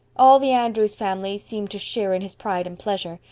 all the andrews family seemed to share in his pride and pleasure,